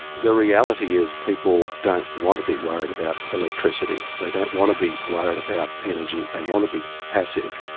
the reality is people don't want to be worried about electricity. they don't want to be worried about energy. they want to be passive.